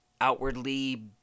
outwardly